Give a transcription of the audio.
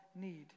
need